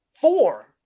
Four